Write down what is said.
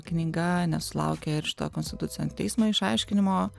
knyga nesulaukė ir šito konstitucinio teismo išaiškinimo